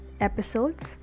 episodes